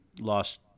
Lost